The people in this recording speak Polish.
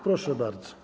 Proszę bardzo.